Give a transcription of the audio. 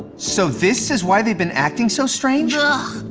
so this is why they're been acting so strange? ah